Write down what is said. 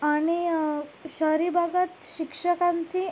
आणि शहरी भागात शिक्षकांची